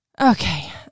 okay